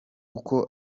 uko